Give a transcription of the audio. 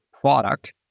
product